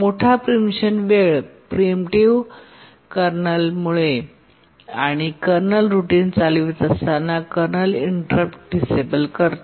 मोठा प्रीमप्शन वेळ pre preemptive कर्नलमुळे आहे आणि कर्नल रूटीन चालवित असताना कर्नल इंटरप्ट डिसेबल करते